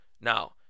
now